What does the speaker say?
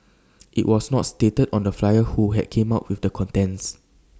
IT was not stated on the flyer who had came up with the contents